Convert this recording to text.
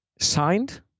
signed